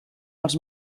els